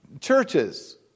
churches